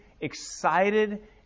excited